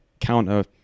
counter